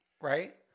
Right